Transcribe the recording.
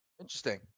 Interesting